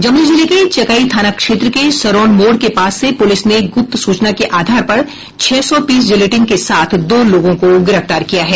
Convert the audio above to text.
जमूई जिले के चकाई थाना क्षेत्र के सरौन मोड़ के पास से पूलिस ने गूप्त सूचना के आधार पर छह सौ पीस जिलेटिन के साथ दो लोगों को गिरफ्तार किया है